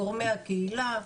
גורמי הקהילה,